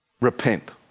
Repent